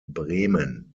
bremen